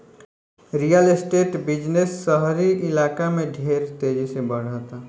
real estate business शहरी इलाका में ढेर तेजी से बढ़ता